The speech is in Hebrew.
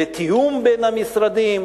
לתיאום בין המשרדים?